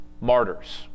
Martyrs